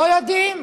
לא יודעים?